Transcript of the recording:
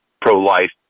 pro-life